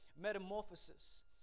metamorphosis